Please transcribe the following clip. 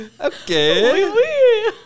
Okay